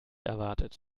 erwartet